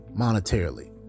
monetarily